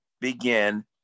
begin